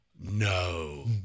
No